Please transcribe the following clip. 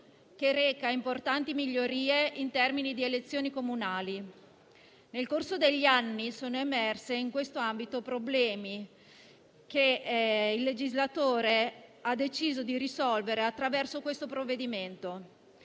che reca importanti migliorie in termini di elezioni comunali. Nel corso degli anni sono emersi in questo ambito problemi che il legislatore ha deciso di risolvere attraverso il provvedimento